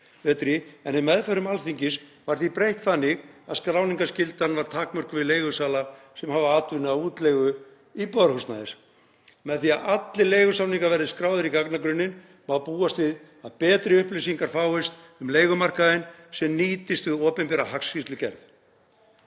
í meðförum Alþingis var því breytt þannig að skráningarskyldan var takmörkuð við leigusala sem hafa atvinnu af útleigu íbúðarhúsnæðis. Með því að allir leigusamningar verði skráðir í gagnagrunninn má búast við því að betri upplýsingar fáist um leigumarkaðinn sem nýtist við opinbera hagskýrslugerð.“